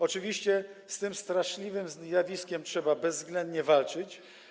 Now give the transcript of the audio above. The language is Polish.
Oczywiście z tym straszliwym zjawiskiem trzeba bezwzględnie walczyć.